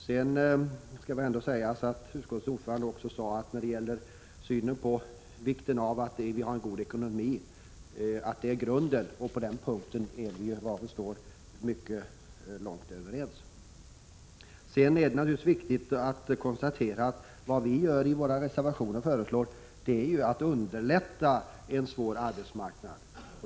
Det skall ändå sägas att utskottets ordförande underströk att grundläggande är att vi har en god ekonomi. Därvidlag är vi långa stycken överens. Det är viktigt att konstatera att vi i våra reservationer föreslår åtgärder för att underlätta förhållandena på en svår arbetsmarknad.